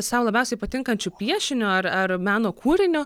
sau labiausiai patinkančiu piešiniu ar ar meno kūriniu